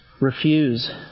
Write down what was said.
refuse